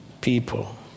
people